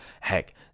heck